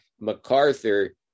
MacArthur